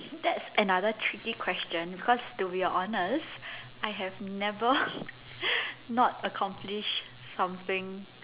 that's another tricky question because to be honest I have never not accomplished something